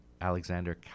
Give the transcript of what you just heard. Alexander